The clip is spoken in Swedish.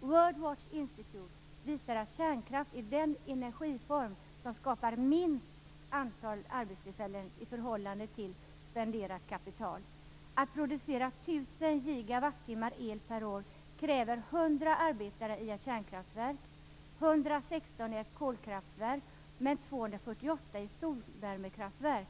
World Watch Institute visar att kärnkraft är den energiform som skapar minst antal arbetstillfällen i förhållande till spenderat kapital. Att producera 1 000 gigawattimmar el per år kräver 100 arbetare i ett kärnkraftverk, 116 i ett kolkraftverk men 248 i ett solvärmekraftverk.